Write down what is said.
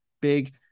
big